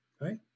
right